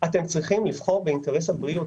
שאתם צריכים לבחור באינטרס הבריאות.